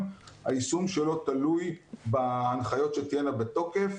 היישום שלו תלוי בהנחיות שתהיינה בתוקף.